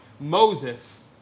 Moses